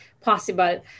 possible